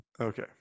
Okay